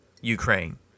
Ukraine